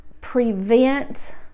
prevent